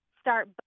start